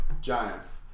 Giants